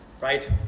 Right